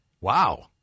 Wow